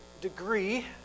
degree